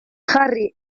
jarri